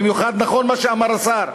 במיוחד נכון מה שאמר השר,